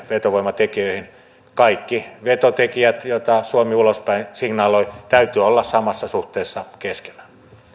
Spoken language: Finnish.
vetovoimatekijöitä kaikkien vetotekijöiden joita suomi ulospäin signaloi täytyy olla samassa suhteessa keskenään